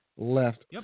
Left